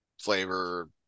flavor